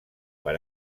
per